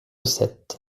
sept